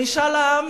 משאל העם,